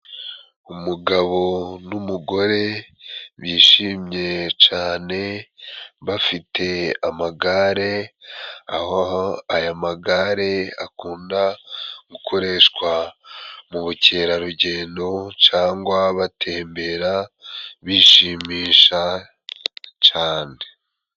Umugabo n'umugore bishimye cane bafite amagare, aho aya magare akunda gukoreshwa mu bukerarugendo cangwa batembera bishimisha cane.